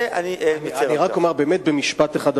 אני רק אומר באמת במשפט אחד,